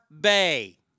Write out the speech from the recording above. Bay